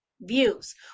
views